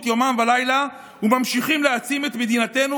יומם ולילה וממשיכים להעצים את מדינתנו,